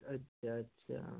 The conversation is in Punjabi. ਅੱਛਾ ਅੱਛਿਆ